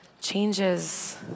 changes